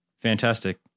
fantastic